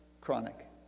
chronic